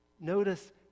Notice